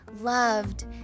loved